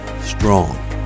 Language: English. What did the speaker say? strong